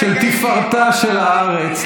של תפארתה של הארץ,